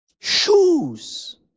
shoes